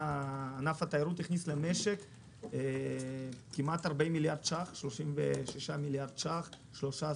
ענף התיירות הכניס ב-2019 למשק 36 מיליארד שקל 13